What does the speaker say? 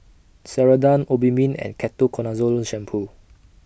Ceradan Obimin and Ketoconazole Shampoo